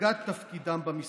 דרגת תפקידם במשרד.